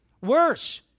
Worse